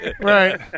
Right